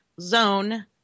zone